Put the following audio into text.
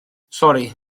sori